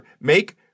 make